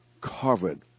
covered